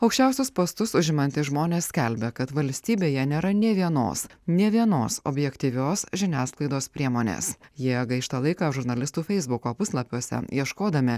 aukščiausius postus užimantys žmonės skelbia kad valstybėje nėra nė vienos nė vienos objektyvios žiniasklaidos priemonės jie gaišta laiką žurnalistų feisbuko puslapiuose ieškodami